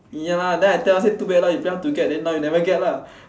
ya lah then I tell her say too bad lah you play hard to get then now you never get lah